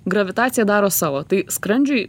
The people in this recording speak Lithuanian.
gravitacija daro savo tai skrandžiui